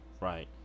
Right